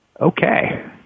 Okay